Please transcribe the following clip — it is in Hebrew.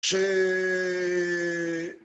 ש...